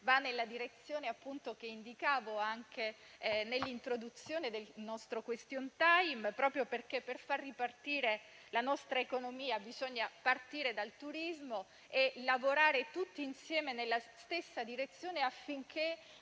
va nella direzione che indicavo anche nell'introduzione del nostro *question time*. Infatti, per far ripartire la nostra economia bisogna partire dal turismo e lavorare tutti insieme nella stessa direzione affinché